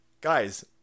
guys